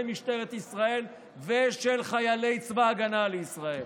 משטרת ישראל ושל חיילי צבא ההגנה לישראל.